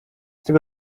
tego